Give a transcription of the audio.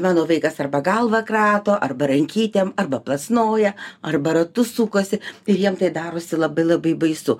mano vaikas arba galvą krato arba rankytėm arba plasnoja arba ratu sukasi ir jiem tai darosi labai labai baisu